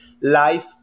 life